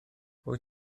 wyt